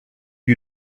you